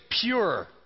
Pure